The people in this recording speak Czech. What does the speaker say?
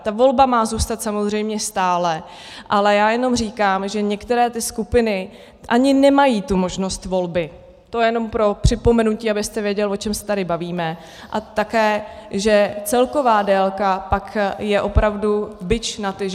Ta volba má zůstat samozřejmě stále, ale já jenom říkám, že některé ty skupiny ani nemají tu možnost volby, to jenom připomenutí, abyste věděl, o čem se tady bavíme, a také že celková délka pak je opravdu bič na ty ženy .